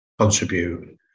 contribute